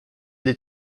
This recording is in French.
des